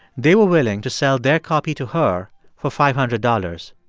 they were willing to sell their copy to her for five hundred dollars.